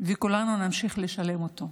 וכולנו נמשיך לשלם אותו.